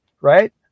right